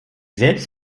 selbst